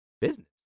business